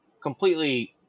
completely